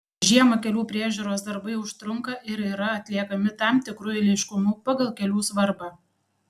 žiemą kelių priežiūros darbai užtrunka ir yra atliekami tam tikru eiliškumu pagal kelių svarbą